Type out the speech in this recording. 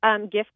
Gift